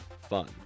fun